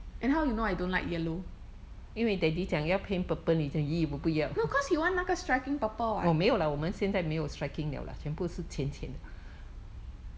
and how you know I don't like yellow no cause he want 那个 striking purple what